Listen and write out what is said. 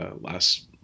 last